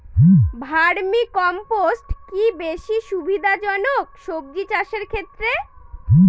Vermi compost কি বেশী সুবিধা জনক সবজি চাষের ক্ষেত্রে?